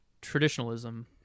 traditionalism